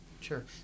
Sure